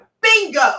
Bingo